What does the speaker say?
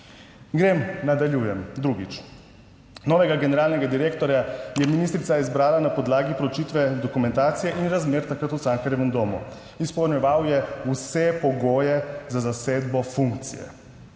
Nadaljujem, drugič, novega generalnega direktorja je ministrica izbrala na podlagi preučitve dokumentacije in razmer takrat v Cankarjevem domu. Izpolnjeval je vse pogoje za zasedbo funkcije,